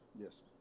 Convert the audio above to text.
Yes